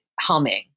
humming